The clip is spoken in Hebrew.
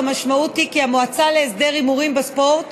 המשמעות היא שהמועצה להסדר ההימורים בספורט